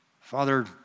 Father